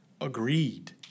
agreed